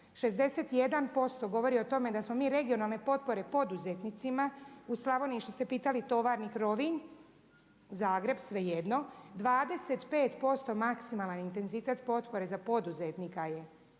61% govori o tome da smo mi regionalne potpore poduzetnicima u Slavoniji što ste pitali Tovarnik, Rovinj, Zagreb svejedno, 25% maksimalan intenzitet potpore za poduzetnika u